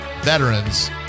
Veterans